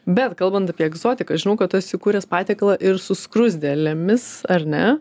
bet kalbant apie egzotiką aš žinau kad tu esi kūręs patiekalą ir su skruzdėlėmis ar ne